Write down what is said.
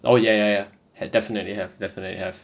oh ya ya ya definitely have definitely have